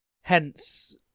Hence